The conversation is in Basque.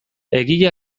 egia